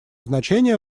значение